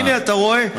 הינה, אתה רואה?